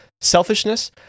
selfishness